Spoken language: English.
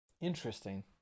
interesting